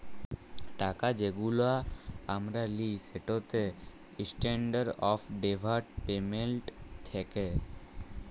টাকা যেগুলা আমরা লিই সেটতে ইসট্যান্ডারড অফ ডেফার্ড পেমেল্ট থ্যাকে